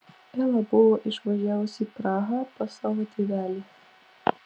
ela buvo išvažiavusi į prahą pas savo tėvelį